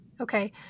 Okay